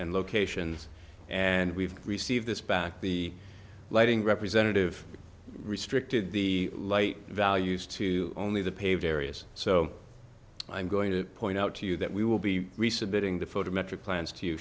and locations and we've received this back the lighting representative restricted the light values to only the paved areas so i'm going to point out to you that we will be resubmitting the photometric plans to